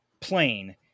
plane